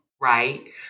Right